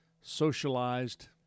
socialized